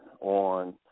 on